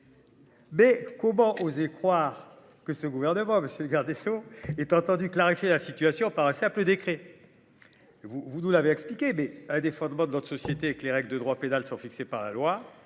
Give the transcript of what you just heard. bé comment oser croire que ce gouvernement, monsieur le garde des Sceaux est entendu clarifier la situation, par un simple décret, vous, vous nous l'avez expliqué mais un des fondements de notre société et que les règles de droit pénal sont fixées par la loi